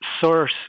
source